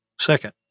Second